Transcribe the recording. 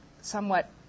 somewhat